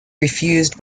refused